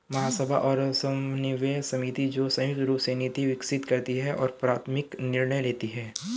महासभा और समन्वय समिति, जो संयुक्त रूप से नीति विकसित करती है और प्राथमिक निर्णय लेती है